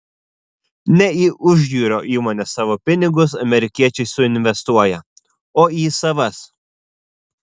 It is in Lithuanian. ne į užjūrio įmones savo pinigus amerikiečiai suinvestuoja o į savas